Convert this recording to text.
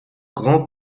grands